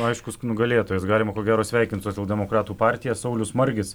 aiškus nugalėtojas galima ko gero sveikinti socialdemokratų partiją saulius margis